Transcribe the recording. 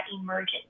emergent